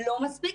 לא מספיק,